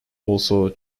also